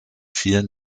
vielen